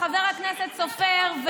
חבר הכנסת סופר,